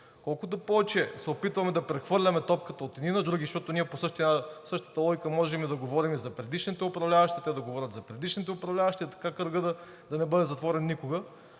Колкото повече се опитваме да прехвърляме топката от едни на други, защото ние по същата логика можем и да говорим за предишните управляващи, те да говорят за предишните управляващи и така кръгът да не бъде затворен никога.